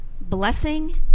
blessing